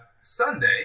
Sunday